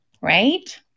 right